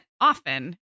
often